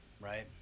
Right